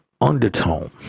undertone